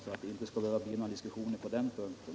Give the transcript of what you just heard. Det skall inte behöva bli några diskussioner på den punkten.